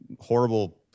Horrible